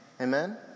Amen